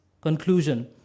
conclusion